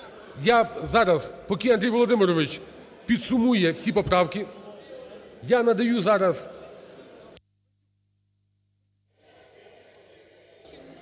Я зараз, поки Андрій Володимирович підсумує всі поправки, я надаю зараз…